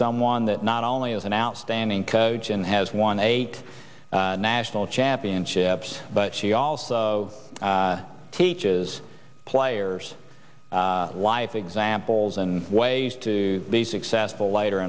someone that not only is an outstanding coach and has won eight national championships but she also teaches players life examples and ways to be successful later